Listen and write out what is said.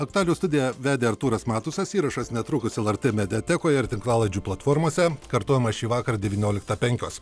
aktualijų studiją vedė artūras matusas įrašas netrukus lrt mediatekoje ir tinklalaidžių platformose kartojimas šįvakar devynioliktą penkios